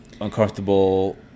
uncomfortable